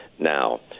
now